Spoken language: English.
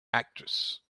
actress